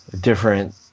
different